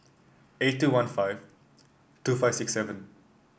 eight two one five two five six seven